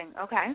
Okay